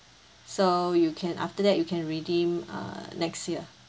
so you can after that you can redeem uh next year